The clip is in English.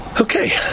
Okay